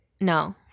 No